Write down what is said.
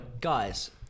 guys